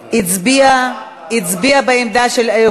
את הצעת חוק החולה הנוטה